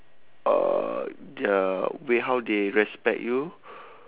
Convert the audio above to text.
uh their way how they respect you